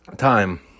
time